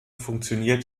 funktioniert